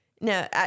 no